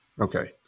Okay